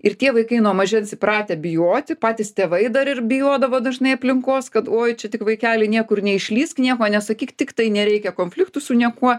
ir tie vaikai nuo mažens įpratę bijoti patys tėvai dar ir bijodavo dažnai aplinkos kad oi čia tik vaikeli niekur neišlįsk nieko nesakyk tiktai nereikia konfliktų su niekuo